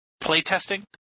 playtesting